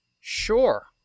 Sure